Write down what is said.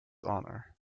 honor